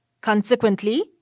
Consequently